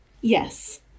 Yes